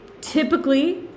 Typically